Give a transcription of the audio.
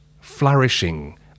flourishing